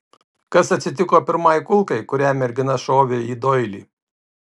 kas atsitiko pirmai kulkai kurią mergina šovė į doilį